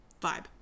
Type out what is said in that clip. vibe